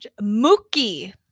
Mookie